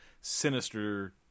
sinister